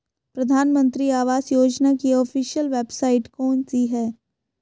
प्रधानमंत्री आवास योजना की ऑफिशियल वेबसाइट कौन सी है?